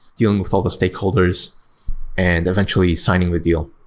dealing with all the stakeholders and eventually signing the deal.